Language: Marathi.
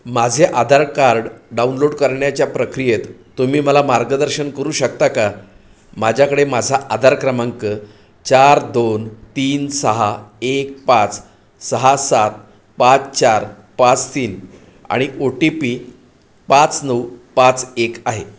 माझे आधार कार्ड डाउनलोड करण्याच्या प्रक्रियेत तुम्ही मला मार्गदर्शन करू शकता का माझ्याकडे माझा आधार क्रमांक चार दोन तीन सहा एक पाच सहा सात पाच चार पाच तीन आणि ओ टी पी पाच नऊ पाच एक आहे